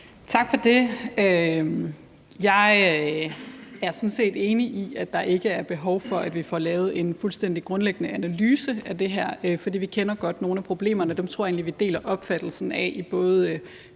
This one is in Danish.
Tak for det. Jeg er sådan set enig i, at der ikke er behov for, at vi får lavet en fuldstændig grundlæggende analyse af det her, for vi kender godt nogle af problemerne. Dem tror jeg egentlig vi deler opfattelsen af i både